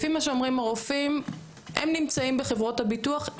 לפי מה שאומרים הרופאים הם נמצאים בחברות הביטוח.